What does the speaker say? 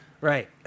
Right